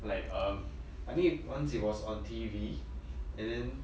like um I need once it was on T_V and then